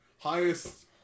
highest